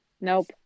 nope